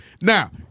Now